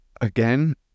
again